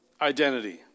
identity